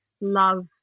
love